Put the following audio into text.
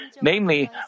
Namely